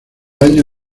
año